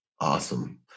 Awesome